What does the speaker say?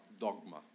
dogma